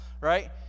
right